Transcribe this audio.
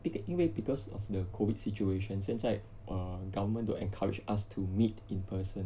bec~ 因为 because of the COVID situation 现在 err government don't encourage us to meet in person